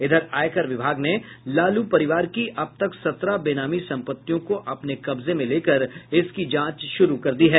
इधर आयकर विभाग ने लालू परिवार की अब तक सत्रह बेनामी संपत्तियों को अपने कब्जे में लेकर इसकी जांच शुरू कर दी है